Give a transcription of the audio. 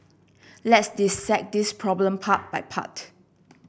let's dissect this problem part by part